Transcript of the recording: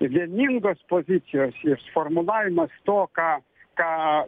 vieningos pozicijos ir formulavimas to ką ką